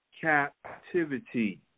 Captivity